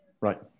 Right